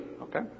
Okay